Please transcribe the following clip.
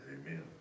Amen